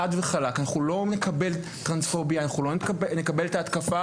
חד וחלק: אנחנו לא נקבל טרנספוביה; אנחנו לא נקבל התקפה